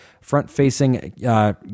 front-facing